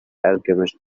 alchemist